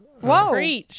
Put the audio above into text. Whoa